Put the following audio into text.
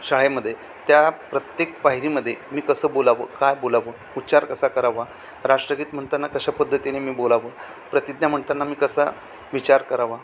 शाळेमध्ये त्या प्रत्येक पायरीमध्ये मी कसं बोलावं काय बोलावं उच्चार कसा करावा राष्ट्रगीत म्हणताना कशा पद्धतीने मी बोलावं प्रतिज्ञा म्हणताना मी कसा विचार करावा